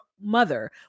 mother